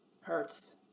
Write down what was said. Hurts